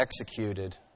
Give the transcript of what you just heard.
executed